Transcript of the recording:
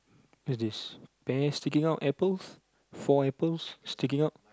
there's this pear sticking out apples four apples sticking out